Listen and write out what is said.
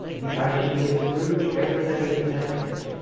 and tried to be as rude to everybody as i could.